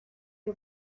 que